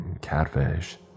catfish